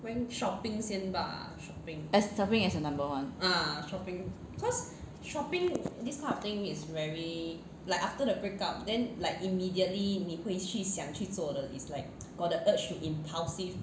as shopping as your number one